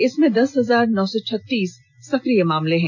इसमें दस हजार नौ सौ छत्तीस सक्रिय केस हैं